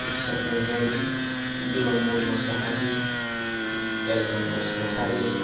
Mithisar Narzary Birmbon Mushahary Eljon Basumatary